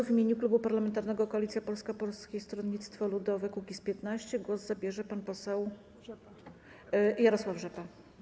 W imieniu Klubu Parlamentarnego Koalicja Polska - Polskie Stronnictwo Ludowe - Kukiz15 głos zabierze pan poseł Jarosław Rzepa.